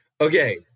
Okay